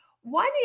One